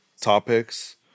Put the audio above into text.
topics